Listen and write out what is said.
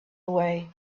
away